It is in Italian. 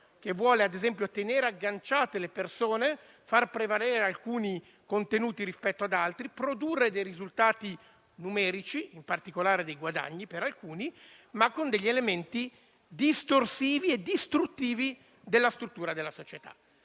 che vuole ad esempio tenere agganciate le persone, far prevalere alcuni contenuti rispetto ad altri, produrre risultati numerici (in particolare guadagni per alcuni), ma con elementi distorsivi e distruttivi della struttura della società.